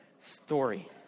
story